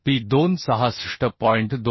P2 66